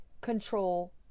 control